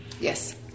yes